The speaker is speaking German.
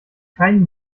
keinen